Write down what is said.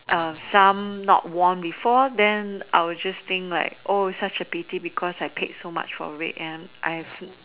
some not worn before then I would just think like oh such a pity because I paid so much for it and I've